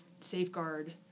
safeguard